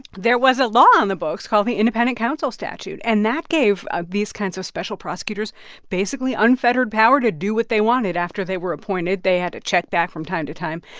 there was a law on the books called the independent counsel statute, and that gave ah these kinds of special prosecutors basically unfettered power to do what they wanted after they were appointed. they had to check back from time to time,